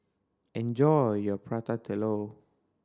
enjoy your Prata Telur